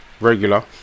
regular